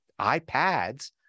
iPads